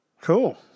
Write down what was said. Cool